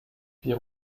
wir